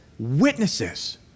witnesses